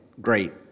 great